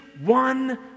one